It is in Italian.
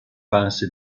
fase